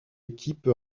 équipe